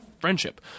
friendship